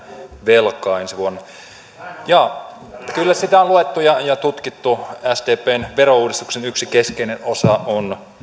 velkaa ensi vuonna jaa kyllä sitä on luettu ja ja tutkittu sdpn verouudistuksen yksi keskeinen osa on